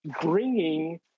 bringing